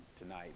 tonight